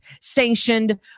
sanctioned